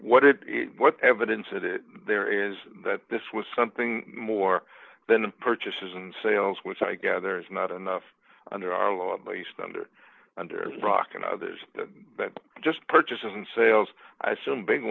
what it is what evidence it is there is that this was something more than purchases and sales which i gather is not enough under our law at least under under rock and i just purchases and sales i assume big